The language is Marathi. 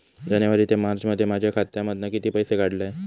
जानेवारी ते मार्चमध्ये माझ्या खात्यामधना किती पैसे काढलय?